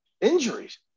injuries